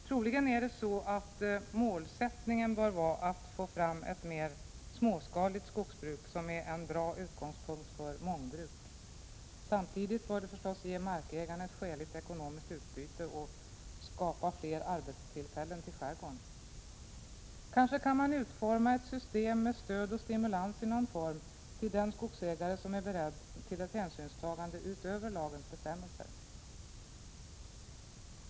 Troligen är det så att målsättningen bör vara att få fram ett mer småskaligt skogsbruk, som är en bra utgångspunkt för mångbruk. Samtidigt bör det ge markägaren ett skäligt ekonomiskt utbyte och skapa fler arbetstillfällen i skärgården. Kanske kan man utforma ett system med stöd och stimulans i någon form till den skogsägare som är beredd till ett hänsynstagande utöver lagens bestämmelser.